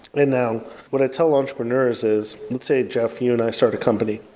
and now, what i tell entrepreneurs is let's say, jeff, you and i start a company.